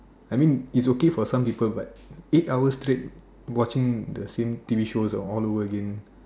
I mean its okay for some people but eight hours straight watching the same T_V shows all over again